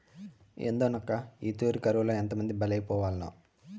ఏందోనక్కా, ఈ తూరి కరువులో ఎంతమంది బలైపోవాల్నో